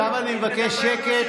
עכשיו אני מבקש שקט.